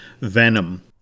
venom